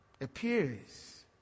appears